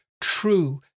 true